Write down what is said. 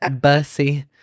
bussy